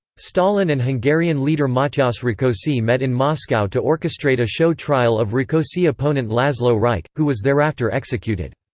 stalin and hungarian leader matyas rakosi met in moscow to orchestrate a show trial of rakosi opponent laszlo rajk, who was thereafter executed.